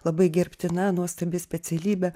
labai gerbtina nuostabi specialybė